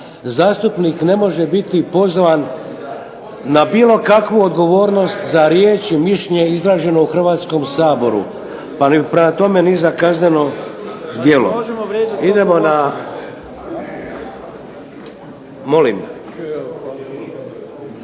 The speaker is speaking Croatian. Zastupnik ne može biti pozvan na bilo kakvu odgovornost za riječ i mišljenje izraženo u Hrvatskom saboru, prema tome ni za kazneno djelo. Idemo na. Molim?